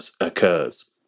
occurs